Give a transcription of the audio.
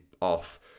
off